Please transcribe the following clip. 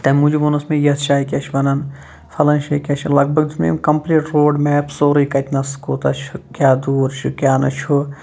تَمہِ موٗجوٗبَن ووٚنُس مےٚ یَتھ جایہِ کیٛاہ چھِ وَنان فَلٲنۍ جایہِ کیٛاہ چھِ لگ بگ دیُت مےٚ أمۍ کَمپٕلیٖٹ روڈ میپ سورُے کَتِنٮ۪س کوٗتاہ چھِ کیٛاہ دوٗر چھِ کیٛاہ نہ چھُ